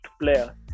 player